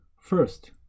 First